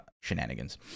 shenanigans